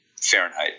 Fahrenheit